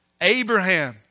Abraham